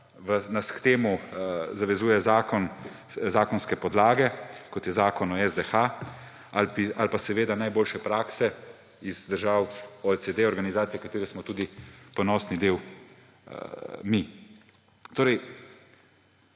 nas k temu zavezujejo zakonske podlage, kot je Zakon o SDH, ali pa seveda najboljše prakse iz držav OECD, organizacije, katere ponosni del smo